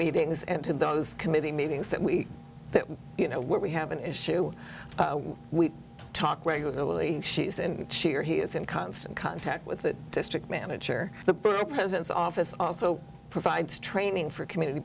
meetings and to those committee meetings that we you know where we have an issue we talk regularly she's in she or he is in constant contact with the district manager the borough president's office also provides training for community